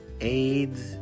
AIDS